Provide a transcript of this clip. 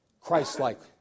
Christ-like